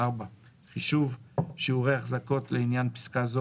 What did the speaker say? חישוב שיעורי ההחזקה לעניין פסקה זו,